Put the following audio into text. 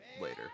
later